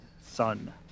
son